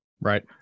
Right